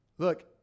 Look